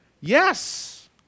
Yes